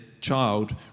Child